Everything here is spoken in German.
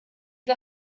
war